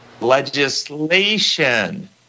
legislation